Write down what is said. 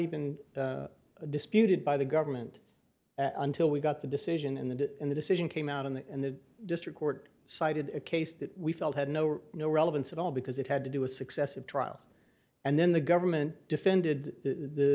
even disputed by the government until we got the decision in the in the decision came out in the in the district court cited a case that we felt had no or no relevance at all because it had to do a successive trials and then the government defended